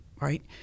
right